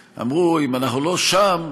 אמרו: אם אנחנו לא שם,